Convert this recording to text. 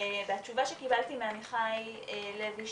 התשובה שקיבלתי מעמיחי לוי,